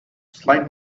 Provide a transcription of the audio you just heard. slide